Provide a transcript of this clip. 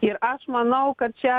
ir aš manau kad čia